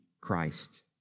Christ